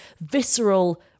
visceral